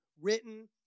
written